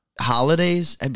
holidays